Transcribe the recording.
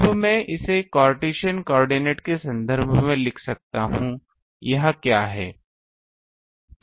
अब मैं इसे कार्टेशियन कोआर्डिनेट के संदर्भ में लिख सकता हूं यह क्या है